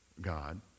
God